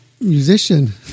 Musician